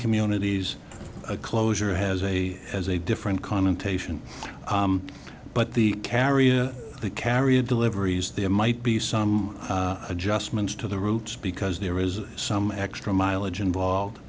communities a closure has a as a different connotation but the carrying the carry a deliveries there might be some adjustments to the routes because there is some extra mileage involved